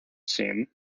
seen